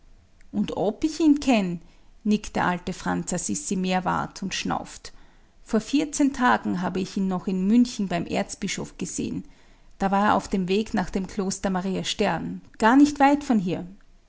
und ob ich ihn kenn nickt der alte franz assisi meerwarth und schnauft vor vierzehn tagen habe ich ihn noch in münchen beim erzbischof gesehen da war er auf dem weg nach dem kloster maria stern gar nicht weit von hier